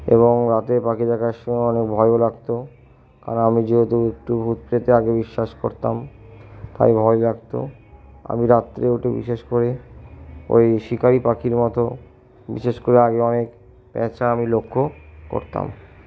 এবং রাতে পাখি দেখার সময় অনেক ভয়ও লাগত কারণ আমি যেহেতু একটু ভূতপ্রেতে আগে বিশ্বাস করতাম তাই ভয় লাগত আমি রাত্রে উঠে বিশেষ করে ওই শিকারী পাখির মতো বিশেষ করে আগে অনেক প্যাঁচা আমি লক্ষ্য করতাম